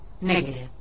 Negative